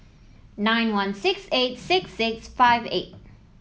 nine one six eight six six five eight